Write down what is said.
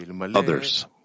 others